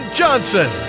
johnson